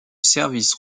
service